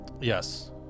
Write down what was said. Yes